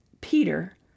Peter